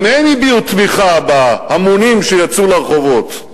גם הם הביעו תמיכה בהמונים שיצאו לרחובות.